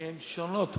הן שונות בתכלית.